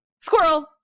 squirrel